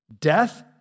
Death